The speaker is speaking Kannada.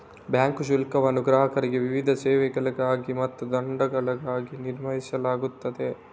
ಬ್ಯಾಂಕ್ ಶುಲ್ಕವನ್ನು ಗ್ರಾಹಕರಿಗೆ ವಿವಿಧ ಸೇವೆಗಳಿಗಾಗಿ ಮತ್ತು ದಂಡಗಳಾಗಿ ನಿರ್ಣಯಿಸಲಾಗುತ್ತದೆ